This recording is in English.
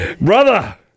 brother